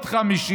תדייק,